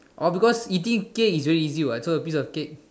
oh because eating cake is very easy what so a piece of cake